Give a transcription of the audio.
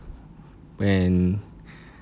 when